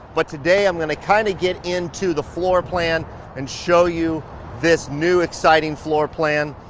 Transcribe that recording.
but today, i'm gonna kind of get into the floor plan and show you this new, exciting floor plan.